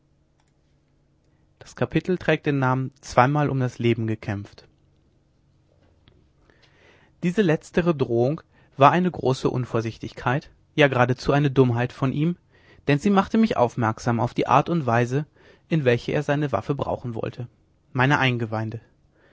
diese letztere drohung war eine große unvorsichtigkeit ja geradezu eine dummheit von ihm denn sie machte mich aufmerksam auf die art und weise in welcher er seine waffe brauchen wollte meine eingeweide